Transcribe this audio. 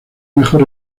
mejor